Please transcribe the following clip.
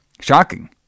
shocking